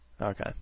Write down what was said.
Okay